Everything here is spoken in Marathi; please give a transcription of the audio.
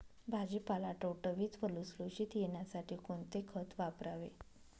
भाजीपाला टवटवीत व लुसलुशीत येण्यासाठी कोणते खत वापरावे?